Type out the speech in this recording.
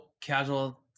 casual